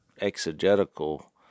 exegetical